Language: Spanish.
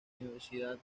universidad